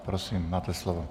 Prosím máte slovo.